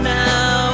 now